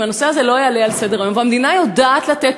אם הנושא הזה לא יעלה על סדר-היום,